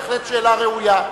בהחלט שאלה ראויה.